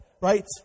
right